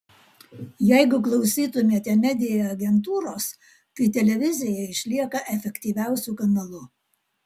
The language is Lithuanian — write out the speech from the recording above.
jeigu klausytumėte media agentūros tai televizija išlieka efektyviausiu kanalu